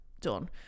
done